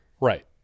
right